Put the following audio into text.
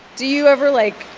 do you ever, like,